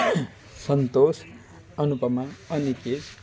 Santosh Anupama Aniket